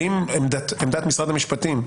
האם עמדת משרד המשפטים,